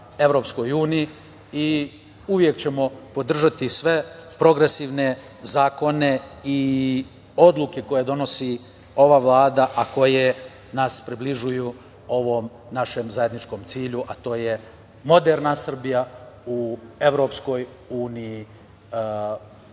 ka EU i uvek ćemo podržati sve progresivne zakone i odluke koje donosi ova Vlada, a koje nas približavaju ovom našem zajedničkom cilju, a to je moderna Srbija u EU koja